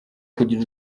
kugira